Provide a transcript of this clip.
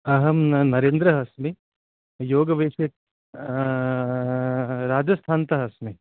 अहं नरेन्द्रः अस्मि योग विषय् राजस्थानतः अस्मि